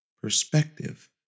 perspective